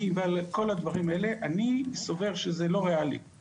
אפשר לראות את זה.